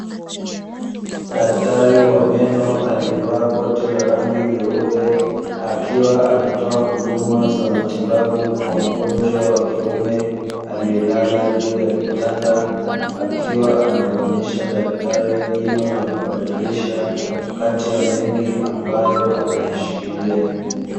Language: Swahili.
Daktari wa meno aliye vaa koti la rangi jeupe, akiwa anatoa huduma za matibabu, kwa mgonjwa wa kiume aliye lala juu ya kitanda, akiwa ana muonyesha daktari jino la kubadilisha, kati ya mengi ambayo ameyashikilia.